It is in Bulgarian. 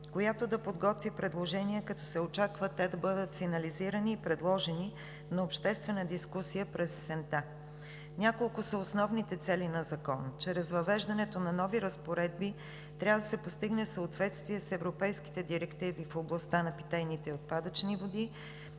която да подготви предложения, като се очаква те да бъдат финализирани и предложени на обществена дискусия през есента. Няколко са основните цели на закона. Чрез въвеждането на нови разпоредби трябва да се постигне съответствие с европейските директиви в областта на питейните и отпадъчните води.